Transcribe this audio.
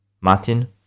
Martin